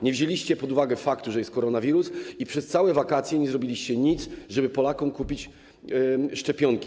Nie wzięliście pod uwagę faktu, że jest koronawirus, i przez całe wakacje nie zrobiliście nic, żeby kupić Polakom szczepionki.